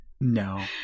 No